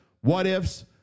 what-ifs